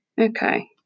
Okay